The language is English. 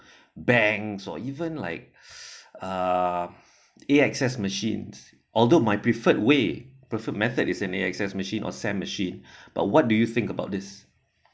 banks or even like s~ ah A_X_S machines although my preferred way preferred method is A_X_S machine or sam machine but what do you think about this